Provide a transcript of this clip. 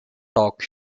talk